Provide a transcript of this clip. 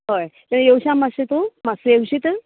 हय योवशा मातशे तूं मातसो येवशीत